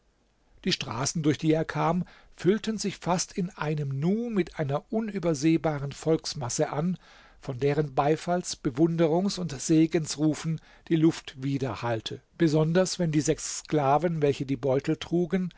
die straßen durch die er kam füllten sich fast in einem nu mit einer unübersehbaren volksmasse an von deren beifalls bewunderungs und segensrufen die luft widerhallte besonders wenn die sechs sklaven welche die beutel trugen